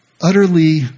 utterly